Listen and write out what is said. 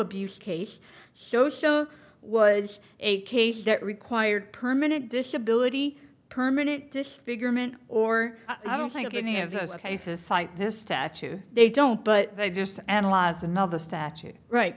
abuse case so show was a case that required permanent disability permanent disfigurement or i don't think any of those cases cite this statute they don't but they just analyze another statute right